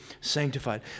sanctified